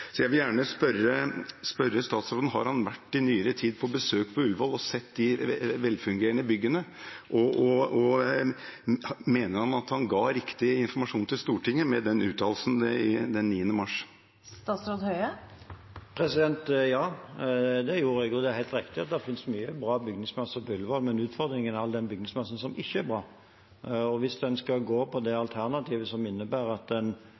Jeg vil gjerne spørre statsråden: Har han i nyere tid vært på besøk på Ullevål og sett de velfungerende byggene? Og mener han at han ga riktig informasjon til Stortinget med den uttalelsen den 9. mars? Ja, det gjør jeg. Det er helt riktig at det finnes mye bra bygningsmasse på Ullevål, men utfordringen er all den bygningsmassen som ikke er bra. Hvis en skal gå for alternativet som innebærer at en